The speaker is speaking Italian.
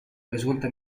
risulta